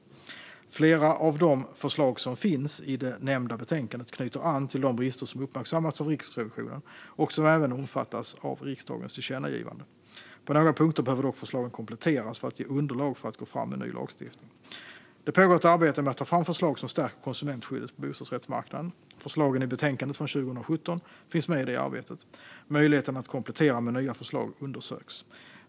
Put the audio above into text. Flera av de förslag som finns i det nämnda betänkandet knyter an till de brister som uppmärksammats av Riksrevisionen och som även omfattas av riksdagens tillkännagivande. På några punkter behöver dock förslagen kompletteras för att ge underlag för att gå fram med ny lagstiftning. Det pågår ett arbete med att ta fram förslag som stärker konsumentskyddet på bostadsrättsmarknaden. Förslagen i betänkandet från 2017 finns med i det arbetet. Möjligheten att komplettera med nya förslag undersöks.